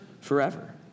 forever